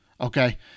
Okay